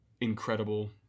incredible